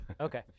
Okay